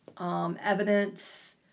evidence